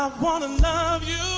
wanna love you